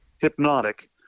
hypnotic